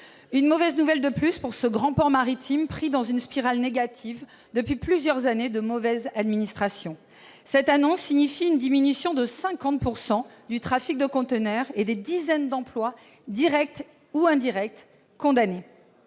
une mauvaise nouvelle de plus pour ce grand port maritime, pris dans une spirale négative depuis plusieurs années de mauvaise administration. Cette annonce signifie une diminution de 50 % du trafic de conteneurs et des dizaines d'emplois directs ou indirects condamnés.